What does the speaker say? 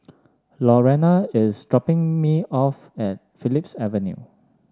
Lorena is dropping me off at Phillips Avenue